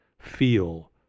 feel